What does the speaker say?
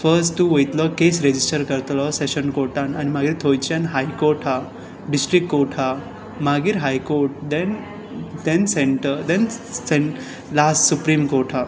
first तूं वयतलो case register करतलो सॅशन कॉर्टांत आनी मागीर थंयच्यान हायकॉर्ट हा डिस्ट्रीक्ट कॉर्ट आसा मागीर हायकॉर्ट देन सॅंटर देन लास्ट सुप्रिम कॉर्ट आसा